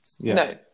No